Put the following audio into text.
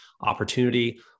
opportunity